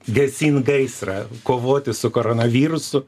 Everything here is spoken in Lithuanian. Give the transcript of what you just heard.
gesint gaisrą kovoti su koronavirusu